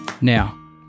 Now